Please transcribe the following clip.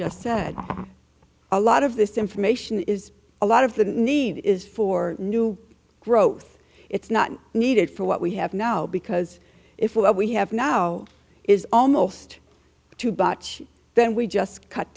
just said a lot of this information is a lot of the need is for new growth it's not needed for what we have now because if what we have now is almost to botch then we just cut